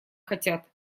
хотят